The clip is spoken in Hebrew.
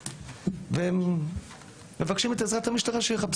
הם איבדו איזה חפץ והם מבקשים את עזרת המשטרה שיחפשו,